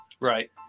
Right